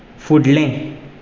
फुडलें